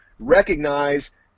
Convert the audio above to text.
Recognize